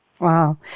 Wow